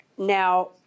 Now